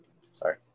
Sorry